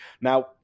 Now